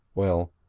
well,